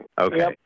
Okay